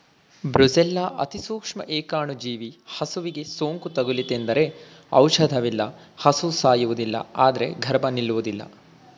brucella ಅತಿಸೂಕ್ಷ್ಮ ಏಕಾಣುಜೀವಿ ಹಸುವಿಗೆ ಸೋಂಕು ತಗುಲಿತೆಂದರೆ ಔಷಧವಿಲ್ಲ ಹಸು ಸಾಯುವುದಿಲ್ಲ ಆದ್ರೆ ಗರ್ಭ ನಿಲ್ಲುವುದಿಲ್ಲ